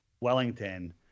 Wellington